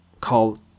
called